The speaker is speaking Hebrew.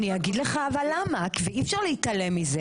אני אגיד לך למה, ואי אפשר להתעלם מזה.